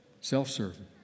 self-serving